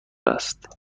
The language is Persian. است